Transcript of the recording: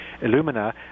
Illumina